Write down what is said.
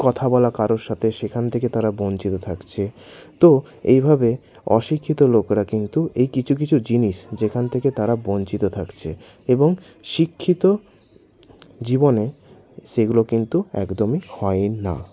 কথা বলা কারও সাথে সেখান থেকে তারা বঞ্চিত থাকছে তো এইভাবে অশিক্ষিত লোকেরা কিন্তু এই কিছু কিছু জিনিস যেখান থেকে তারা বঞ্চিত থাকছে এবং শিক্ষিত জীবনে সেগুলো কিন্তু একদমই হয় না